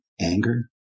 anger